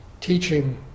teaching